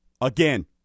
Again